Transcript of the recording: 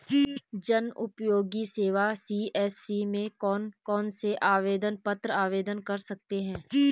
जनउपयोगी सेवा सी.एस.सी में कौन कौनसे आवेदन पत्र आवेदन कर सकते हैं?